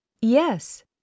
Yes